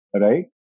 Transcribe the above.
right